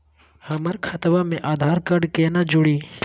हमर खतवा मे आधार कार्ड केना जुड़ी?